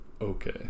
okay